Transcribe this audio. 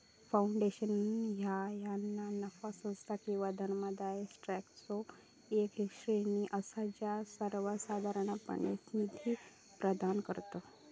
foundation ह्या ना नफा संस्था किंवा धर्मादाय ट्रस्टचो येक श्रेणी असा जा सर्वोसाधारणपणे निधी प्रदान करता